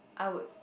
I would